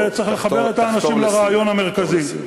וצריך לחבר את האנשים לרעיון המרכזי.